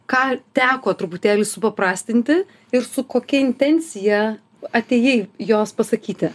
ką teko truputėlį supaprastinti ir su kokia intencija atėjai jos pasakyti